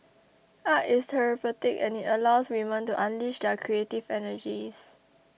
art is therapeutic and it allows women to unleash their creative energies